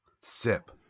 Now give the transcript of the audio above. sip